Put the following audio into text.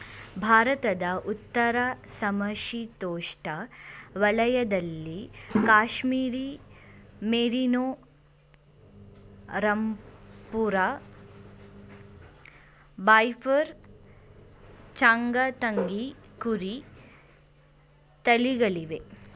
ಭಾರತದ ಉತ್ತರ ಸಮಶೀತೋಷ್ಣ ವಲಯದಲ್ಲಿ ಕಾಶ್ಮೀರಿ ಮೇರಿನೋ, ರಾಂಪುರ ಬಫೈರ್, ಚಾಂಗ್ತಂಗಿ ಕುರಿ ತಳಿಗಳಿವೆ